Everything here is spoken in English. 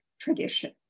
tradition